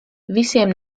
visiem